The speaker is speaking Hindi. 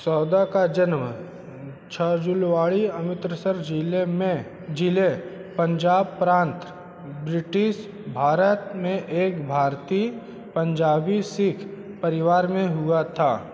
सौदा का जन्म छजुलवाड़ी अमृतसर ज़िले पंजाब प्रांत ब्रिटिश भारत में एक भारतीय पंजाबी सिख परिवार में हुआ था